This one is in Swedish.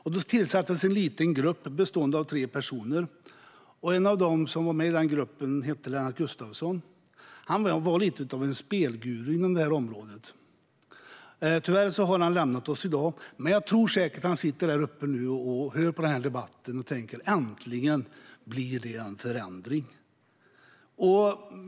Det tillsattes en liten grupp bestående av tre personer. En av dem som var med i den gruppen hette Lennart Gustavsson. Han var lite av en guru inom spelområdet. Tyvärr har han lämnat oss, men jag tror säkert att han sitter där uppe nu och hör på debatten och tänker: Äntligen blir det en förändring!